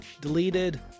deleted